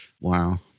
Wow